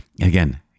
Again